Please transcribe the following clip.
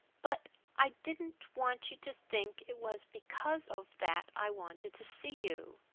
but i didn't want you to think it was because of that i wanted to see you.